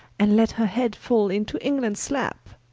and let her head fall into englands lappe.